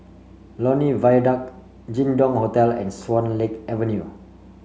Lornie Viaduct Jin Dong Hotel and Swan Lake Avenue